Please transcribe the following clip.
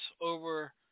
over